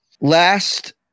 Last